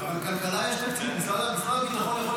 אבל לכלכלה יש תקציב, משרד הביטחון יכול לטפל בזה.